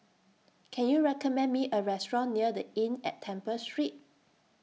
Can YOU recommend Me A Restaurant near The Inn At Temple Street